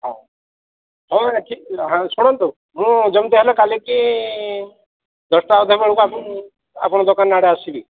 ହଉ ହଉ ଆଜ୍ଞା ଠିକ୍ ହଁ ଶୁଣନ୍ତୁ ମୁଁ ଯେମିତି ହେଲେ କାଲିକୁ ଦଶଟା ଅଧେ ବେଳକୁ ଆପଣଙ୍କୁ ଆପଣଙ୍କ ଦୋକାନ ଆଡ଼େ ଆସିବି